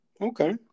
Okay